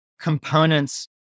components